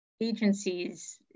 agencies